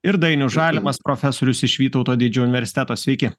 ir dainius žalimas profesorius iš vytauto didžiojo universiteto sveiki